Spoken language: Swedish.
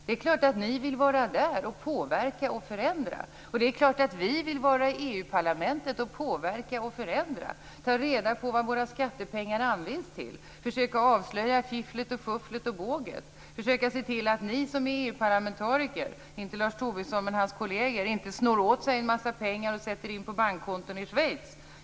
Det är klart att ni vill vara där och påverka och förändra, och det är klart att vi vill vara med i Europaparlamentet och påverka och förändra, ta reda på vad våra skattepengar används till, försöka avslöja fifflet, fufflet och båget och försöka se till att ni som är EU-parlamentariker - inte Lars Tobisson, men hans kolleger - inte snor åt sig en massa pengar och sätter in på bankkonton i Schweiz.